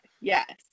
Yes